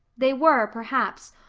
they were, perhaps,